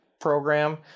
program